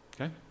Okay